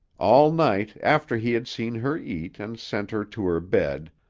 all night, after he had seen her eat and sent her to her bed,